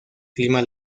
clima